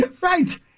right